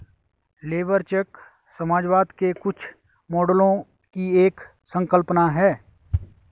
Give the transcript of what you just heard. labour check समाजवाद के कुछ मॉडलों की एक संकल्पना है